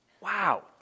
wow